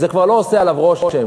זה כבר לא עושה עליו רושם,